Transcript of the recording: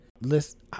Listen